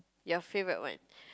your favourite one